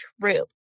true